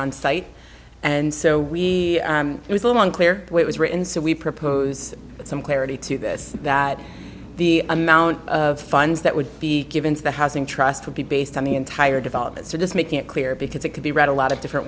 on site and so we it was a long clear way it was written so we propose some clarity to this that the amount of funds that would be given to the housing trust would be based on the entire development so just making it clear because it could be read a lot of different